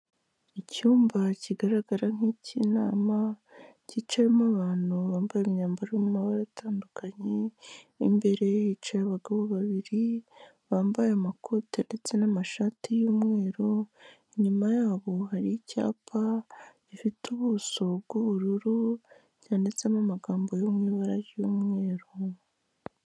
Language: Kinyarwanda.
Icyumba kigaragara nk'ikininama cyicayemo abantu bambaye imyambaro mu mabara atandukanye, imbere yicaye abagabo babiri bambaye amakoti ndetse n'amashati y'umweru, inyuma yabo hari icyapa gifite ubuso b'ubururu cyanditsemo amagambo yo mu ibara ry'umweru.